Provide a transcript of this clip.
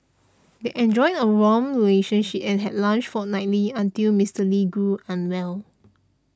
they enjoyed a warm relationship and had lunch fortnightly until Mister Lee grew unwell